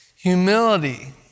Humility